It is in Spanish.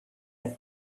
del